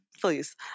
Please